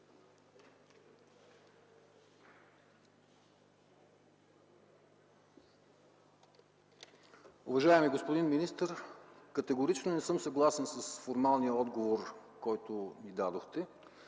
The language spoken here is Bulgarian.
Уважаеми господин министър, категорично не съм съгласен с формалния отговор, който ми дадохте.